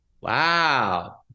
Wow